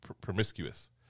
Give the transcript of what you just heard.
promiscuous